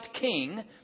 king